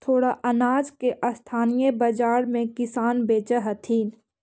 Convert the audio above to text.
थोडा अनाज के स्थानीय बाजार में किसान बेचऽ हथिन